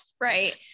Right